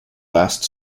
last